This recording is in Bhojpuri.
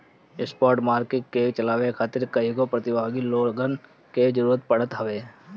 स्पॉट मार्किट के चलावे खातिर कईगो प्रतिभागी लोगन के जरूतर पड़त हवे